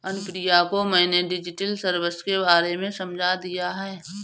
अनुप्रिया को मैंने digital service के बारे में समझा दिया है